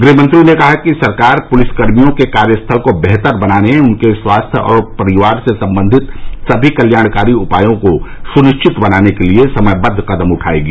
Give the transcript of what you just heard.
गृहमंत्री ने कहा कि सरकार पुलिसकर्मियों के कार्य स्थल को बेहतर बनाने उनके स्वास्थ्य और परिवार से संबंधित सभी कल्याणकारी उपायों को सुनिश्चित बनाने के लिए समयबद्ध कदम उठायेगी